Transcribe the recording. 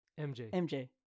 MJ